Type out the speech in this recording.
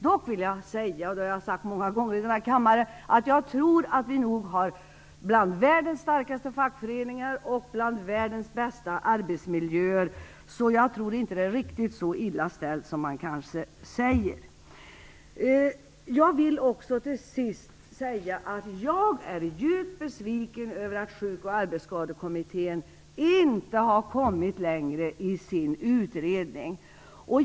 Dock vill jag säga, och det har jag sagt många gånger i den här kammaren, att vi nog har bland världens starkaste fackföreningar och bland världens bästa arbetsmiljöer, så jag tror inte att det är riktigt så illa ställt som man kanske säger. Jag vill också till sist säga att jag är djupt besviken över att Sjuk och arbetsskadekommittén inte har kommit längre i sin utredning.